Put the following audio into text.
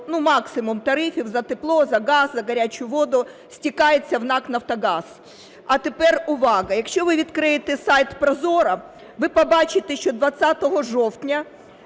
максимум тарифів за тепло, за газ, за гарячу воду стікається в НАК "Нафтогаз". А тепер увага! Якщо ви відкриєте сайт ProZorro, ви побачите, що 20 жовтня